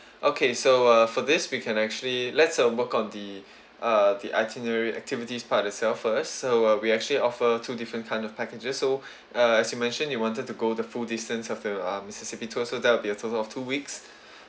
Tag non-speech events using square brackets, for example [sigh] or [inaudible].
okay so uh for this we can actually let's uh work on the [breath] uh the itinerary activities part itself first so uh we actually offer two different kind of packages so [breath] uh as you mention you wanted to go the full distance of the uh mississippi tour so that'll be a total of two weeks